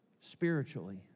spiritually